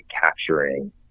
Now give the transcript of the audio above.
capturing